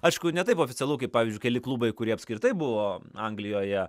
aišku ne taip oficialu kaip pavyzdžiui keli klubai kurie apskritai buvo anglijoje